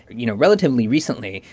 you know, relatively recently,